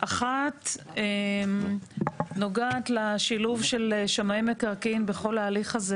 אחת נוגעת לשילוב של שמאי מקרקעין בכל ההליך הזה